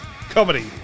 comedy